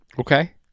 Okay